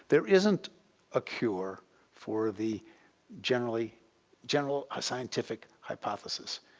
there isn't a cure for the general general ah scientific hypothesis.